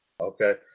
Okay